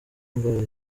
indwara